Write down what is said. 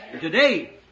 Today